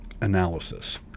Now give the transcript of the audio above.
analysis